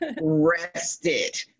rested